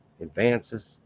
advances